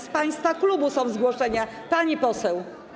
Z państwa klubu są zgłoszenia, pani poseł.